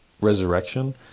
resurrection